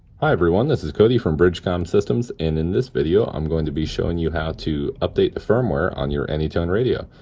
hi, everyone, this is cody from bridgecom systems, and in this video, i'm going to be showing you how to update the firmware on your anytone radio.